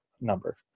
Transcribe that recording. number